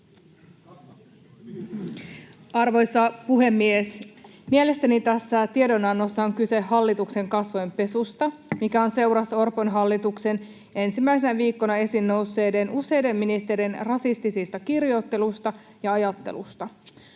Arvoisa puhemies! Mielestäni tässä tiedonannossa on kyse hallituksen kasvojenpesusta, mikä on seurannut Orpon hallituksen ensimmäisinä viikkoina esiin nousseesta useiden ministereiden rasistisesta kirjoittelusta ja ajattelusta.